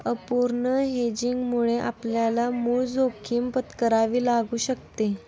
अपूर्ण हेजिंगमुळे आपल्याला मूळ जोखीम पत्करावी लागू शकते